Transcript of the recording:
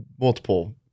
multiple